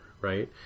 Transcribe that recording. right